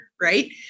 right